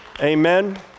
Amen